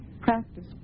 practice